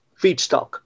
feedstock